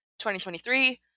2023